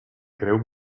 creu